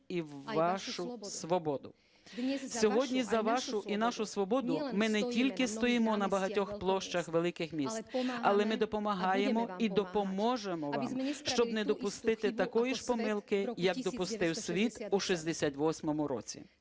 і вашу свободу". Сьогодні за вашу і нашу свободу ми не тільки стоїмо на багатьох площах великих міст, але ми допомагаємо і допоможемо вам, щоб не допустити такої ж помилки, як допустив світ у 68-му році.